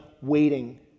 waiting